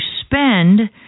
spend